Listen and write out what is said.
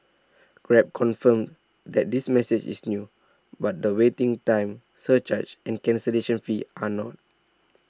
grab confirms that this message is new but the waiting time surcharge and cancellation fee are not